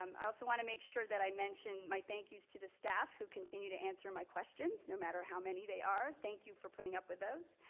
um i also want to make sure that i mentioned my thank yous to the staff who continue to answer my questions no matter how many they are. are. thank you for putting up with those.